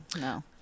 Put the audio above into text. No